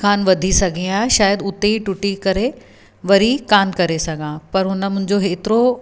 कोन वधी सघे हा शायदि उते ई टुटी करे वरी कोन करे सघां पर हुन मुंहिंजो हेतिरो